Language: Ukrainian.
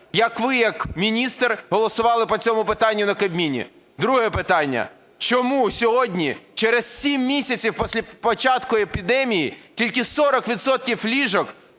Як ви як міністр голосували по цьому питанню на Кабміні? Друге питання. Чому сьогодні, через 7 місяців після початку епідемії, тільки 40